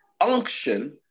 unction